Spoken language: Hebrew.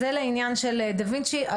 זה לעניין של דה וינצ'י.